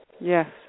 Yes